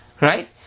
right